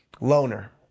loner